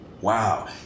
Wow